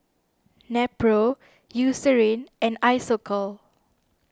Nepro Eucerin and Isocal